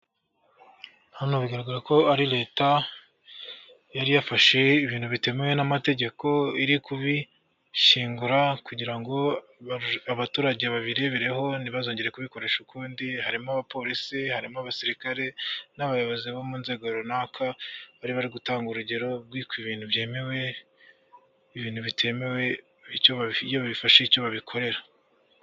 Hano bigaragara ko ari Leta yari yafashe ibintu bitemewe n'amategeko iri kubishyingura kugira ngo abaturage babirebereho ntibazongere kubikoresha ukundi, harimo abapolisi, harimo abasirikare n'abayobozi bo mu nzego runaka, bari bari gutanga urugero ibintu byemewe, ibintu bitemewe iyo babifashe icyo babikorera.